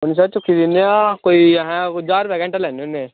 सरपैंच साह्ब चुक्की दिन्नें आं कोई अहें ज्हार रुपया घैंटा लैनें होन्ने